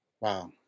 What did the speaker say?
Wow